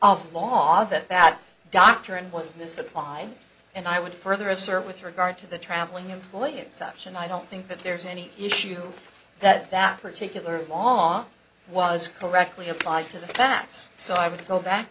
of law that bad doctor and what's misapplied and i would further assert with regard to the traveling employee exception i don't think that there's any issue that that particular law was correctly applied to the facts so i would go back